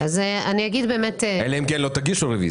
אנחנו נקבל את הרשימה מקסימום לקראת הרביזיה אלא אם כן לא תגישו רביזיה,